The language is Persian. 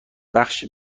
بخش